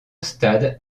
stade